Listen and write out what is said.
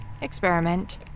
experiment